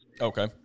okay